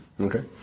Okay